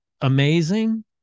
amazing